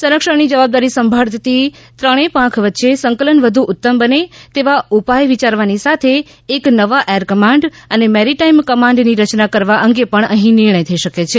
સંરક્ષણની જવાબદારી સાંભળતી ત્રણેય પાંખ વચ્ચે સંકલન વધુ ઉત્તમ બને તેવા ઉપાય વિચારવાની સાથે એક નવા એર કમાન્ડ અને મેરિટાઈમ કમાન્ડની રચના કરવા અંગે પણ અહી નિર્ણય થઈ શકે છે